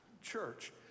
church